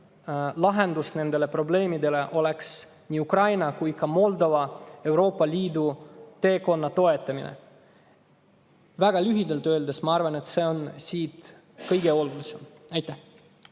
lahendus nendele probleemidele oleks nii Ukraina kui ka Moldova Euroopa Liidu teekonna toetamine. Väga lühidalt öeldes, ma arvan, et see on kõige olulisem. Aitäh